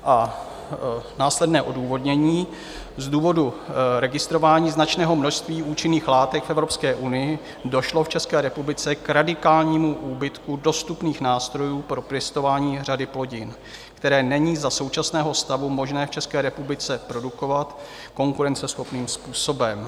A následné odůvodnění: z důvodu registrování značného množství účinných látek v Evropské unii došlo v České republice k radikálnímu úbytku dostupných nástrojů pro pěstování řady plodin, které není za současného stavu možné v České republice produkovat konkurenceschopným způsobem.